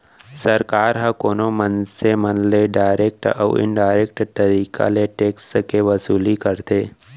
सरकार ह कोनो मनसे मन ले डारेक्ट अउ इनडारेक्ट तरीका ले टेक्स के वसूली करथे